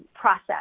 process